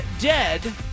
dead